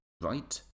right